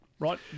Right